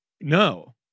No